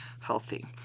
healthy